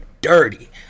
dirty